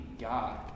God